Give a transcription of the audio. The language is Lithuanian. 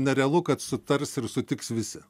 nerealu kad sutars ir sutiks visi